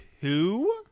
two